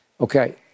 Okay